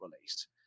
released